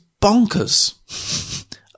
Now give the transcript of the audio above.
bonkers